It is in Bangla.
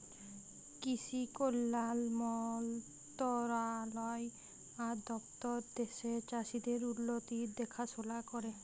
কিসি কল্যাল মলতরালায় আর দপ্তর দ্যাশের চাষীদের উল্লতির দেখাশোলা ক্যরে